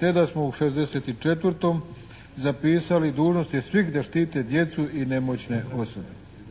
Te da smo u 64. zapisali: «Dužnost je svih da štite djecu i nemoćne osobe».